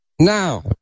Now